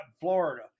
Florida